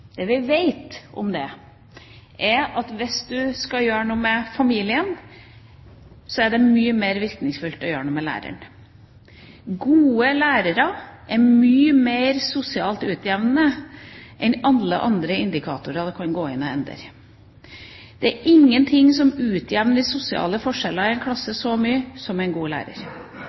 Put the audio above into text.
det vi vet om det, er at for å gjøre noe med familien er det mye mer virkningsfullt å gjøre noe med læreren. Gode lærere er mye mer sosialt utjevnende enn alle andre indikatorer som du kan gå inn og endre. Det er ingen ting som utjevner de sosiale forskjellene i en klasse så mye som en god lærer.